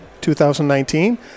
2019